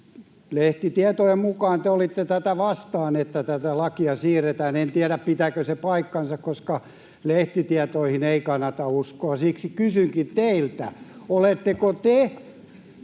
lehtitietojen mukaan te olitte tätä vastaan, että tätä lakia siirretään. En tiedä, pitääkö se paikkansa, koska lehtitietoihin ei kannata uskoa. Siksi kysynkin teiltä: Oletteko te